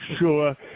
sure